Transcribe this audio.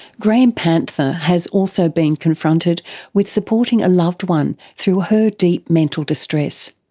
graham panther has also been confronted with supporting a loved one through her deep mental distress.